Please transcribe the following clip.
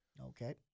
Okay